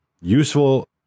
Useful